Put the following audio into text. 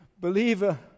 believer